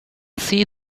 see